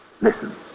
Listen